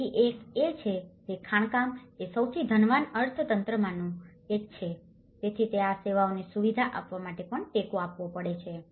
તેથી એક એ છે કે ખાણકામ એ સૌથી ધનવાન અર્થતંત્રમાંનું એક છે તેથી તે આ સેવાઓ ની સુવિધા આપવા માટે પણ ટેકો આપે છે